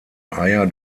eier